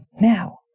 Now